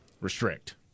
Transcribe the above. Restrict